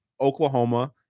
Oklahoma